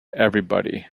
everybody